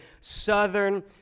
southern